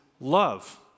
love